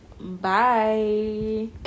Bye